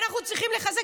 אנחנו צריכים לחזק.